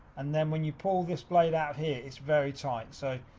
and then when you pull this blade out here, it's very tight. so,